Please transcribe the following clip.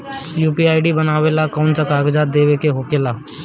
UPI बनावेला कौनो कागजात देवे के होखेला का?